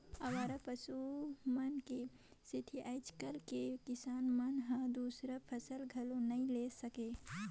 अवारा पसु मन के सेंथा आज कायल के किसान मन हर दूसर फसल घलो नई ले सके